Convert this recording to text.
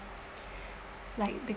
like the